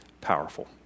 powerful